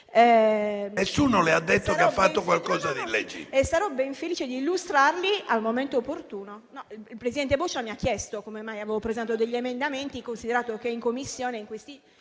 Nessuno le ha detto che ha fatto qualcosa di